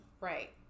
Right